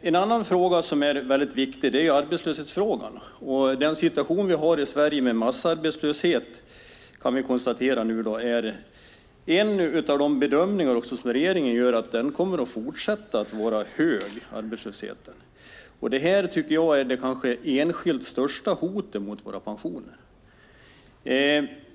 En annan viktig fråga är arbetslöshetsfrågan. Vi har en situation i Sverige med massarbetslöshet. Regeringen bedömer att arbetslösheten kommer att fortsätta vara hög. Det här är kanske det enskilt största hotet mot våra pensioner.